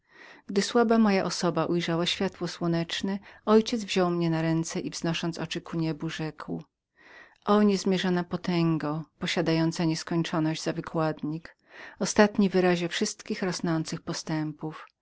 gdy słaba moja osoba ujrzała światło słoneczne mój ojciec wziął mnie na ręce i wznosząc oczy ku niebu rzekł o potęgo posiadająca nieskończoność za wykładnik ostatni stopniu wszystkich postępów